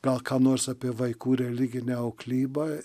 gal ką nors apie vaikų religinę auklybą